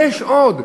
יש עוד,